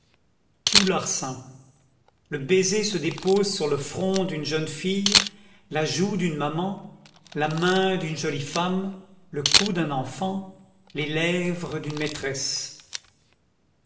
doux larcin le baiser se dépose sur le front d'une jeune fille la joue d'une maman la main d'une jolie femme le cou d'un enfant les lèvres d'une maîtresse